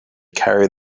carried